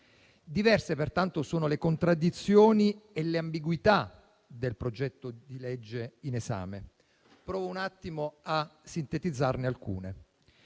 Diverse, pertanto, sono le contraddizioni e le ambiguità del disegno di legge in esame e proverò a sintetizzarne alcune.